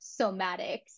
somatics